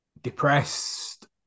depressed